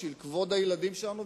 בשביל כבוד הילדים שלנו,